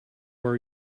are